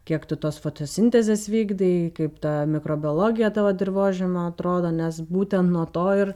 kiek tu tos fotosintezės vykdai kaip ta mikrobiologija tavo dirvožemio atrodo nes būtent nuo to ir